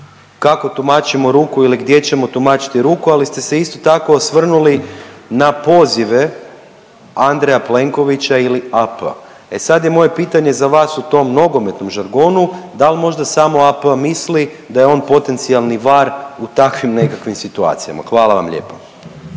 kako tumačimo ruku ili gdje ćemo tumačiti ruku, ali ste se isto tako osvrnuli na pozive Andreja Plenkovića ili AP. E sad je moje pitanje za vas u tom nogometnom žargonu, da li možda samo AP misli da je on potencijalni var u takvim nekakvim situacijama? Hvala vam lijepo.